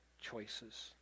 choices